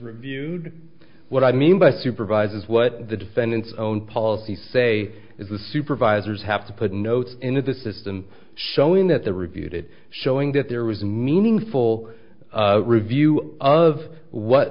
reviewed what i mean by supervisors what the defendant's own policies say is the supervisors have to put notes into the system showing that the reviewed it showing that there was no meaningful review of what